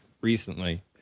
recently